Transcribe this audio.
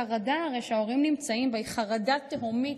כי החרדה שההורים נמצאים בה היא חרדה תהומית,